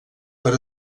per